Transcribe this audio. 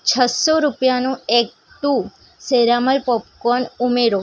છસો રૂપિયાનું ઍક્ટ ટુ સેરામલ પોપકોર્ન ઉમેરો